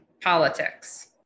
politics